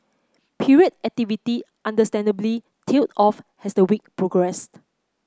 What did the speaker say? period activity understandably tailed off has the week progressed